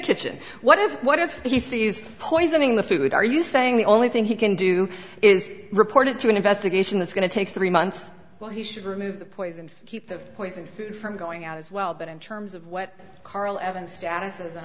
kitchen what if what if he sees poisoning the food are you saying the only thing he can do is report it to an investigation it's going to take three months while he should remove the poison to keep the poisoned food from going out as well but in terms of what carl evan status